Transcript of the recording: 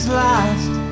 last